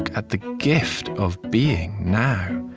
at the gift of being, now.